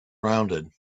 rounded